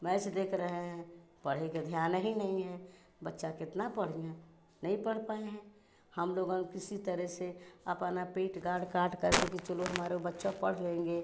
match देख रहे हैं पढ़ै का ध्यान ही नहीं है बच्चा कितना पढ़िया नहीं पढ़ पाए हैं हम लोगा किसी तरह से अपना पेट गाँड़ काटकर के कि चलो हमाराे बच्चा पढ़ लेंगे